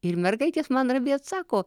ir mergaitės man ramiai atsako